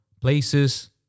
places